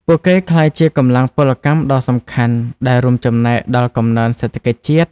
ពួកគេក្លាយជាកម្លាំងពលកម្មដ៏សំខាន់ដែលរួមចំណែកដល់កំណើនសេដ្ឋកិច្ចជាតិ។